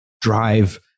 drive